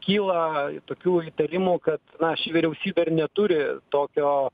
kyla tokių įtarimų kad na ši vyriausybė ir neturi tokio